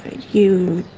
you